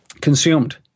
Consumed